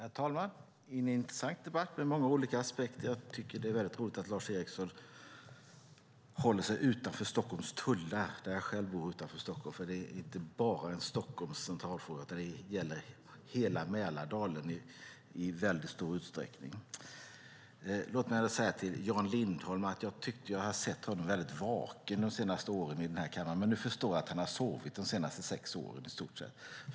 Herr talman! Det är en intressant debatt med många olika aspekter. Jag tycker att det är roligt att Lars Eriksson håller sig utanför Stockholms tullar. Jag bor själv utanför Stockholm. Det här är inte bara en Stockholmsfråga utan det här är en fråga för hela Mälardalen. Jag tycker att Jan Lindholm har varit vaken i kammaren, men nu förstår jag att han har sovit de senaste sex åren.